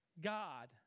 God